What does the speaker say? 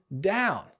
down